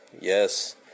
Yes